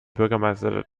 bürgermeister